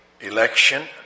Election